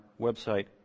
website